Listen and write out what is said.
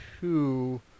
two